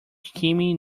chimney